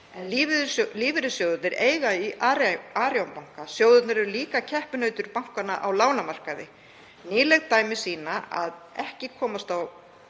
en lífeyrissjóðirnir eiga í Arion banka. Sjóðirnir eru líka keppinautar bankanna á lánamarkaði. Nýleg dæmi sýna að ekki komst á